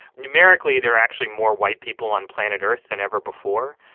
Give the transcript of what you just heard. numerically, there are actually more white people on planet earth than ever before.